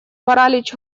паралич